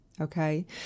Okay